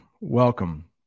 welcome